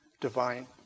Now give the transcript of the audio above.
divine